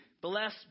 Bless